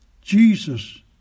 Jesus